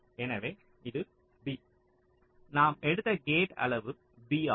எனவே இது B நாம் எடுத்த கேட் அளவு B ஆகும்